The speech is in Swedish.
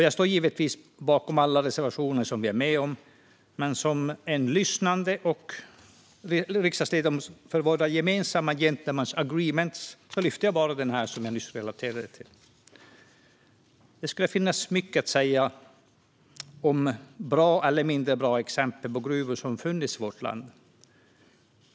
Jag står givetvis bakom alla reservationer som vi är med om, men som en lyssnande riksdagsledamot som hörsammar vårt gentlemen's agreement lyfter jag bara fram den reservation som jag nyss relaterade till. Det skulle kunna finnas mycket att säga om bra och mindre bra exempel på gruvor som har funnits i vårt land.